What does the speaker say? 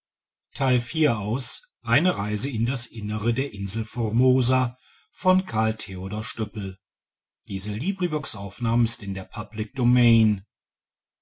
eine reise in das innere der insel